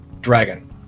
Dragon